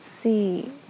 see